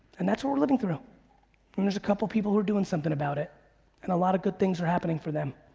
and that's what we're living through. and there's a couple people who are doing something about it and a lot of good things are happening for them.